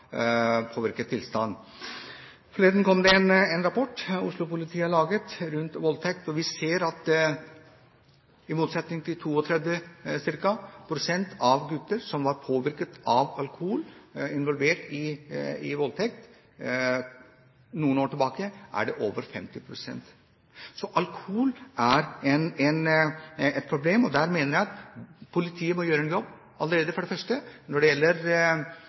tilstand. Forleden kom det en rapport Oslo-politiet har laget om voldtekt, og vi ser at ca. 32 pst. av guttene som var involvert i voldtekt for noen år tilbake, var påvirket av alkohol, nå er det over 50 pst. Så alkohol er et problem, og der mener jeg at politiet må gjøre en jobb for det første når det gjelder